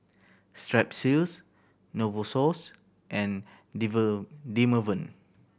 Strepsils Novosource and Dermaveen